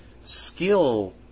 skill